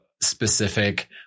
specific